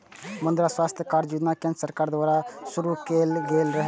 मुद्रा स्वास्थ्य कार्ड योजना केंद्र सरकार द्वारा शुरू कैल गेल छै